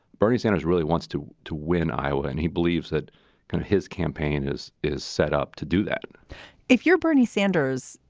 bernie sanders really wants to to win iowa, and he believes that kind of his campaign is is set up to do that if you're bernie sanders,